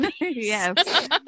yes